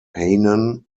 hainan